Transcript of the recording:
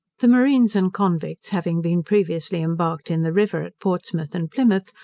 the marines and convicts having been previously embarked in the river, at portsmouth, and plymouth,